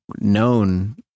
known